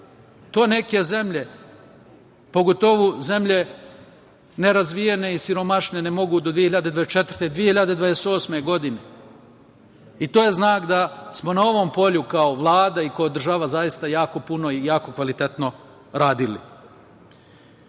To neke zemlje, pogotovo zemlje nerazvijene i siromašne ne mogu do 2024, 2028. godine. To je znak da smo na ovom polju kao Vlada i kao država zaista jako puno i jako kvalitetno